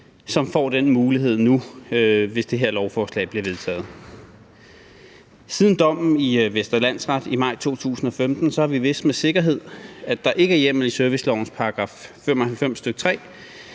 som får den mulighed nu, hvis det her lovforslag bliver vedtaget. Siden dommen i Vestre Landsret i maj 2015 har vi vidst med sikkerhed, at der ikke er hjemmel i servicelovens § 95, stk. 3,